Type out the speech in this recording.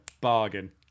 bargain